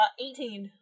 18